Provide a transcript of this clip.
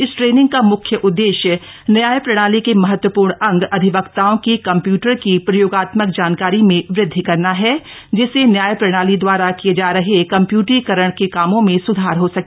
इस ट्रेनिंग का मुख्य उददेश्य न्याय प्रणाली के महत्वपूर्ण अंग अधिवक्ताओं की कम्प्यूटर की प्रयोगात्मक जानकारी में वद्धि करना है जिससे न्यायप्रणाली द्वारा किये जा रहे कम्प्यूटरीकरण के कामों में सुधार हो सके